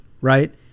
Right